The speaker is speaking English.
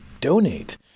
donate